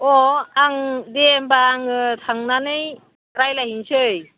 अ आं दे होमब्ला आङो थांनानै रायज्लायहैनोसै